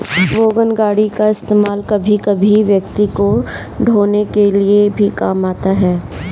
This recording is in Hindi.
वोगन गाड़ी का इस्तेमाल कभी कभी व्यक्ति को ढ़ोने के लिए भी काम आता है